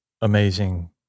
amazing